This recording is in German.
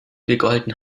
gegolten